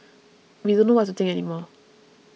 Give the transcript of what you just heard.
we don't know what to think any more